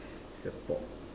support